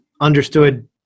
understood